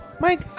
Mike